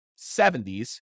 70s